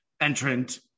entrant